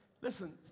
listen